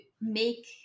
make